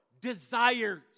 desires